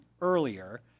earlier